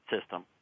system